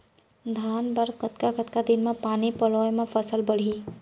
धान बर कतका कतका दिन म पानी पलोय म फसल बाड़ही?